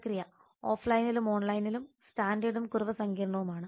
പ്രക്രിയ ഓഫ്ലൈനിലും ഓൺലൈനിലും സ്റ്റാൻഡേർഡും കുറവ് സങ്കീർണ്ണവുമാണ്